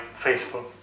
Facebook